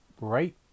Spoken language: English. right